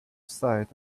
sight